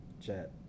chat